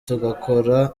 tugakora